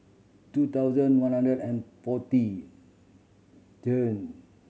two thousand one hundred and forty ten